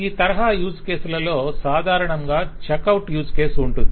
ఈ తరహా యూజ్ కేసులలో సాధారణంగా చెక్ అవుట్ యూజ్ కేస్ ఉంటుంది